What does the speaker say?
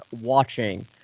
watching